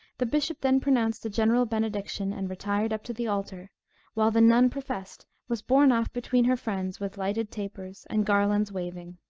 the bishop then pronounced a general benediction, and retired up to the altar while the nun professed was borne off between her friends, with lighted tapers, and garlands waving.